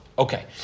Okay